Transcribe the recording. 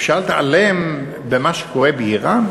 אפשר להתעלם ממה שקורה באיראן?